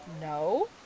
No